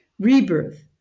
Rebirth